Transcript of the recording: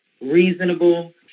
reasonable